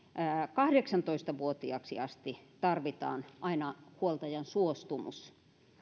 kahdeksantoista vuotiaaksi asti tarvitaan aina huoltajan suostumus